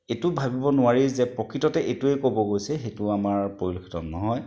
এইটো ভাবিব নোৱাৰি যে প্ৰকৃততে এইটোৱে ক'ব গৈছে সেইটো আমাৰ পৰিলক্ষিত নহয়